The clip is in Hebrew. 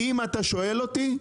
ואם אתה שואל אותי,